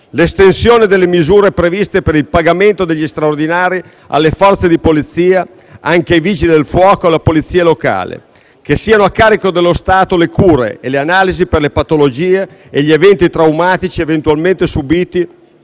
l'estensione delle misure previste per il pagamento degli straordinari alle Forze di polizia, ai Vigili del fuoco e alla Polizia locale; che siano a carico dello Stato le cure e le analisi per le patologie e gli eventi traumatici eventualmente subiti